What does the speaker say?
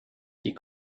die